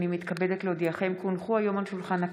מתכבדת להודיעכם, כי הונחו היום על שולחן הכנסת,